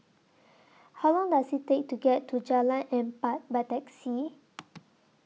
How Long Does IT Take to get to Jalan Empat By Taxi